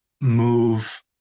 move